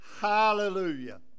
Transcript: Hallelujah